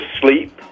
sleep